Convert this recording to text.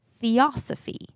Theosophy